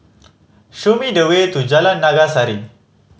show me the way to Jalan Naga Sari